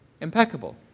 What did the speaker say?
Impeccable